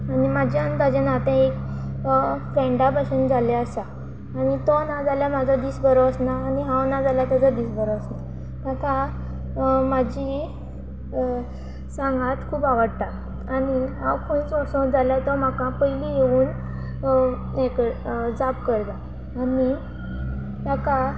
आनी म्हजे आनी ताजे नाते एक फ्रेंडा बाशेंन जाल्ले आसा आनी तो ना जाल्यार म्हाजो दीस बरो वसना आनी हांव ना जाल्यार तेजो दीस बरो वसना ताका म्हाजी सांगात खूब आवडटा आनी हांव खूंयच वसो जाल्यार तो म्हाका पयली येवून हे जाप करता आनी ताका